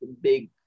big